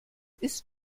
ist